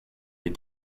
les